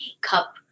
cup